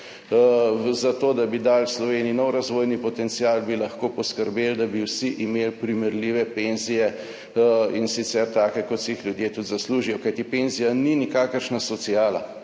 za to, da bi dali Sloveniji nov razvojni potencial, bi lahko poskrbeli, da bi vsi imeli primerljive penzije, in sicer take kot si jih ljudje tudi zaslužijo, kajti penzija ni nikakršna sociala,